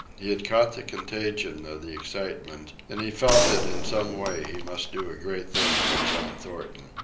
he had caught the contagion of the excitement, and he felt that in some way he must do a great thing for john thornton.